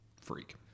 Freak